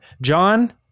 John